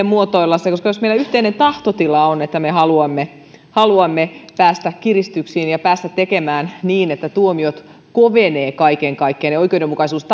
muotoilla se jos meillä yhteinen tahtotila on että me haluamme haluamme päästä kiristyksiin ja päästä tekemään niin että tuomiot kovenevat kaiken kaikkiaan ja oikeudenmukaisuus